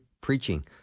preaching